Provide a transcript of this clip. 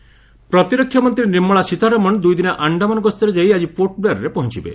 ସୀତାରମଣ ଆଣ୍ଡାମାନ୍ ପ୍ରତିରକ୍ଷା ମନ୍ତ୍ରୀ ନିର୍ମଳା ସୀତାରମଣ ଦୁଇଦିନିଆ ଆଣ୍ଡାମାନ ଗସ୍ତରେ ଯାଇ ଆଜି ପୋର୍ଟ ବ୍ଲେୟାର୍ରେ ପହଞ୍ଚବେ